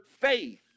faith